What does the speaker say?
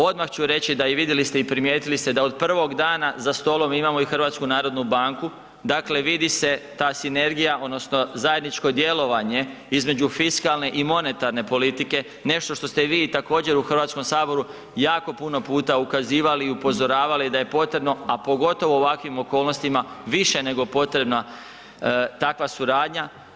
Odmah ću reći da i vidjeli ste i primijetili ste od prvog dana za stolom imamo i HNB, dakle vidi se ta sinergija odnosno zajedničko djelovanje između fiskalne i monetarne politike, nešto što ste i vi također u Hrvatskom saboru jako puno puta ukazivali i upozoravali da je potrebno, a pogotovo u ovakvim okolnostima više nego potrebna takva suradnja.